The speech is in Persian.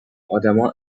آدما